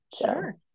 sure